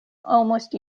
almost